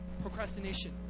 procrastination